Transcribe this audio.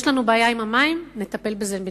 יש לנו בעיה עם המים, נטפל בזה בנפרד.